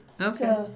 Okay